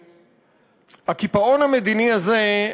הקיפאון המדיני הזה,